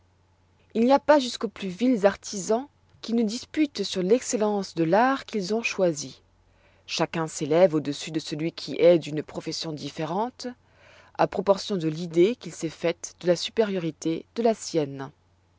il n'y a pas jusqu'aux plus vils artisans qui ne disputent sur l'excellence de l'art qu'ils ont choisi chacun s'élève au-dessus de celui qui est d'une profession différente à proportion de l'idée qu'il s'est faite de la supériorité de la sienne